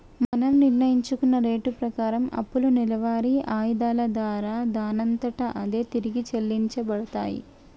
మనం నిర్ణయించుకున్న రేటు ప్రకారం అప్పులు నెలవారి ఆయిధాల దారా దానంతట అదే తిరిగి చెల్లించబడతాయి